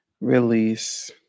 release